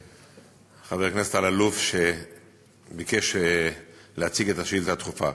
חבר הכנסת אלאלוף שביקש להציג את השאילתה הדחופה,